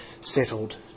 settled